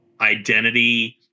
identity